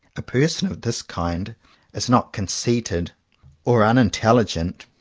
a person of this kind is not con ceited or unintelligent.